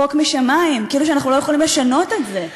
חוק משמים, כאילו שאנחנו לא יכולים לשנות את זה.